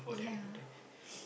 yeah